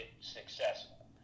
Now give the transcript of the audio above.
successful